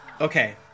Okay